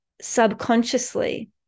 subconsciously